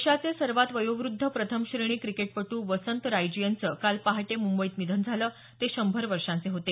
देशाचे सर्वात वयोवद्ध प्रथमश्रेणी क्रिकेटपटू वसंत रायजी यांचं काल पहाटे मुंबईत निधन झालं ते शंभर वर्षांचे होते